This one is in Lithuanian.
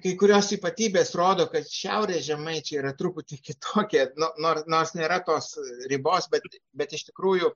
kai kurios ypatybės rodo kad šiaurės žemaičiai yra truputį kitokie nu nors nors nėra tos ribos bet bet iš tikrųjų